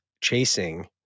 chasing